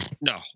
no